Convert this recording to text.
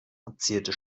erzählte